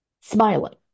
smiling